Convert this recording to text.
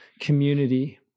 community